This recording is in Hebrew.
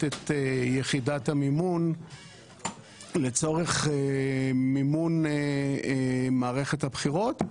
את יחידת המימון לצורך מימון מערכת הבחירות.